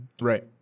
Right